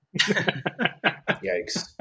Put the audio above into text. Yikes